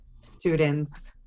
students